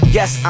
Yes